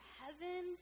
heaven